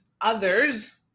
others